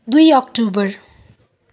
दुई अक्टोबर